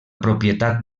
propietat